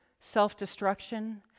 self-destruction